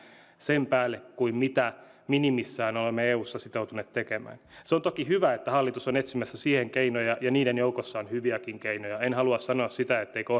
sen päälle kuin mitä minimissään olemme eussa sitoutuneet tekemään se on toki hyvä että hallitus on etsimässä siihen keinoja ja niiden joukossa on hyviäkin keinoja en halua sanoa sitä etteikö